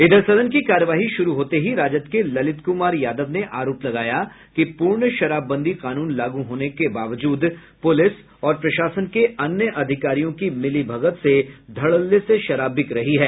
इधर सदन की कार्यवाही शुरू होते ही राजद के ललित कुमार यादव ने आरोप लगाया कि पूर्ण शराबबंदी कानून लागू होने के बावजूद पुलिस और प्रशासन के अन्य अधिकारियों की मिलीभगत से धड़ल्ले से शराब बिक रही है